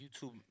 YouTube